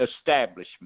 establishment